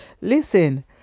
Listen